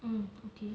mm okay